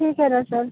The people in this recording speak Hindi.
ठीक है ना सर